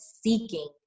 seeking